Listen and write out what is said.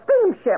steamship